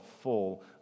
full